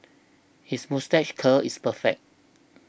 his moustache curl is perfect